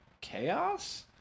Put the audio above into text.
chaos